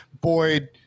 boyd